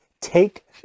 take